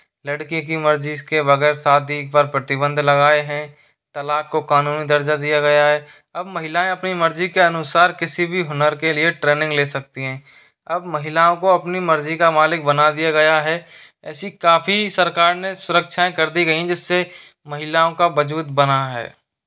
लड़की की मर्ज़ी के बगैर शादी पर प्रतिबंध लगाए हैं तलाक़ को क़ानूनी दर्जा दिया गया है अब महिलाएँ अपनी मर्ज़ी के अनुसार किसी भी हुनर के लिए ट्रेनिंग ले सकती हैं अब महिलाओं को अपनी मर्जी का मालिक बना दिया गया है ऐसी काफ़ी सरकार ने सुरक्षाएँ कर दी गईं जिससे महिलाओं का वजूद बना है